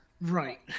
Right